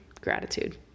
gratitude